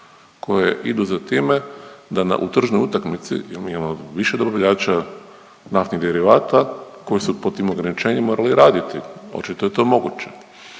koje idu za time da u tržnoj utakmici jer mi imamo više dobavljača naftnih derivata koji su pod tim ograničenjima morali raditi, očito je to moguće.